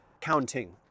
counting